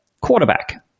quarterback